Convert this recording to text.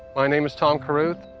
my name is tom carruth.